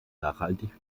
nachhaltig